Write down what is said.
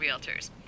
Realtors